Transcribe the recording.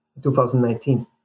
2019